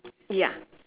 ya